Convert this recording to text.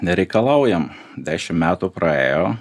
nereikalaujam dešim metų praėjo